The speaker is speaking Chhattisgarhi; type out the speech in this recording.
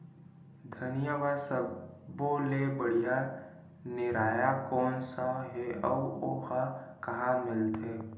धनिया बर सब्बो ले बढ़िया निरैया कोन सा हे आऊ ओहा कहां मिलथे?